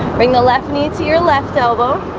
bring the left knee to your left elbow